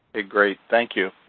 ah great, thank you.